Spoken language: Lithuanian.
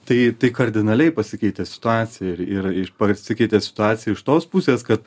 tai tai kardinaliai pasikeitė situacija ir ir pasikeitė situacija iš tos pusės kad